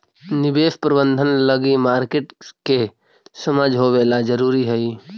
निवेश प्रबंधन लगी मार्केट के समझ होवेला जरूरी हइ